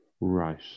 Right